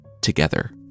together